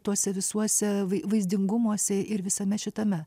tuose visuose vai vaizdingumuose ir visame šitame